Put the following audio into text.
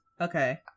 Okay